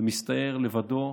ומסתער לבדו,